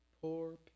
poor